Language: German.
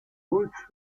holst